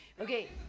Okay